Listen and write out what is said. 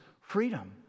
freedom